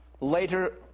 later